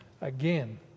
again